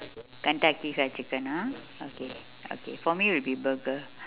kentucky fried chicken ah okay okay for me will be burger